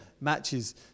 matches